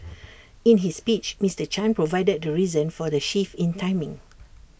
in his speech Mister chan provided the reason for the shift in timing